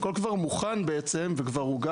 הכול כבר מוכן והוגש,